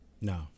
no